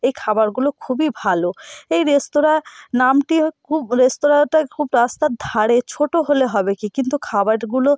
এই খাবারগুলো খুবই ভালো এই রেস্তোরাঁ নামটি হো খুব রেস্তোরাঁটায় খুব রাস্তার ধারে ছোট হলে হবে কি কিন্তু খাবারগুলো